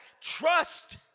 trust